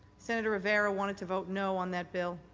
senator rivera wanted to vote no on that bill.